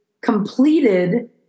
completed